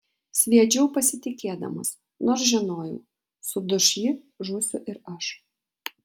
sviedžiau pasitikėdamas nors žinojau suduš ji žūsiu ir aš